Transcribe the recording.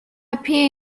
appear